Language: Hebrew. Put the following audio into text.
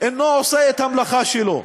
אינו עושה את המלאכה שלו.